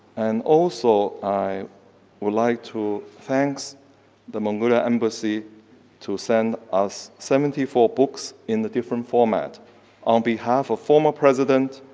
and also, i would like to thanks the mongolian embassy to send us seventy four books in the different format on behalf of former president